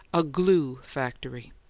a glue factory!